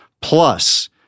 Plus